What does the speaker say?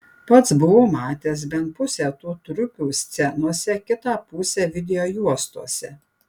pats buvau matęs bent pusę tų trupių scenose kitą pusę videojuostose